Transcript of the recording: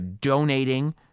donating